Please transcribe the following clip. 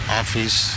office